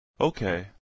Okay